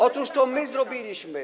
Otóż to my zrobiliśmy.